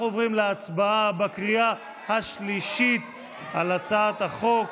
אנחנו עוברים להצבעה בקריאה השלישית על הצעת החוק.